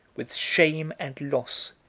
with shame and loss,